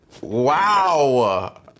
wow